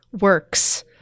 works